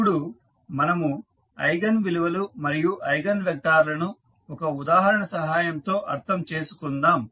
ఇప్పుడు మనము ఐగన్ విలువలు మరియు ఐగన్ వెక్టార్ లను ఒక ఉదాహరణ సహాయంతో అర్థం చేసుకుందాం